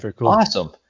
Awesome